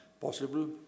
possible